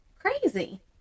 Crazy